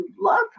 love